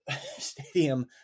stadium